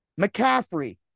McCaffrey